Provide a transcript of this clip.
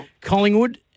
Collingwood